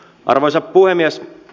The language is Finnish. arvoisa puhemies